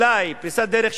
אולי פריצת דרך,